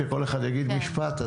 שכל אחד יגיד משפט,